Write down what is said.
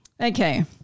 Okay